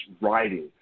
writing